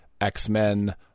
X-Men